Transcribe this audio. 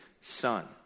Son